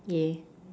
ya